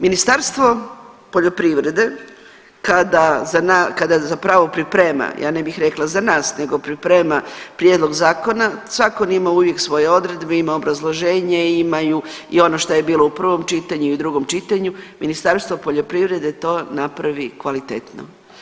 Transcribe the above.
Ministarstvo poljoprivrede kada za nas, kada zapravo priprema, ja ne bih rekla za nas, nego priprema prijedlog zakona, zakon ima uvijek svoje odredbe, ima obrazloženje, imaju i ono šta je bilo u prvom čitanju i u drugom čitanju Ministarstvo poljoprivrede to napravi kvalitetno.